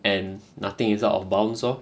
and nothing is out of bounds lor